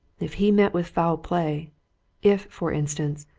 if he met with foul play if, for instance,